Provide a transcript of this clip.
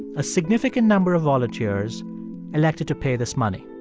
a significant number of volunteers elected to pay this money.